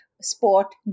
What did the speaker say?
sport